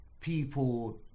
people